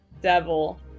devil